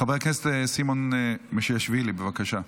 חבר הכנסת מושיאשוילי, בבקשה.